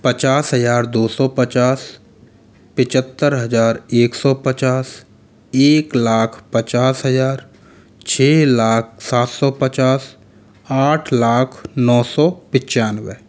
पचास हज़ार दो सौ हज़ार पचहत्तर हज़ार एक सौ पचास एक लाख पचास हज़ार छः लाख सात सौ पचास आठ लाख नौ सौ पचानवे